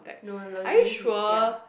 no legit this is kia